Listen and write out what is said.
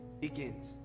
begins